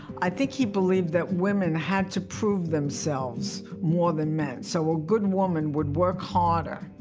i think he believed that women had to prove themselves more than men, so a good woman would work harder.